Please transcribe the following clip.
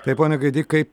tai pone gaidy kai